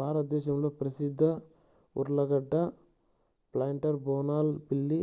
భారతదేశంలో ప్రసిద్ధ ఉర్లగడ్డ ప్లాంటర్ బోనాల్ పిల్లి